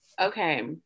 Okay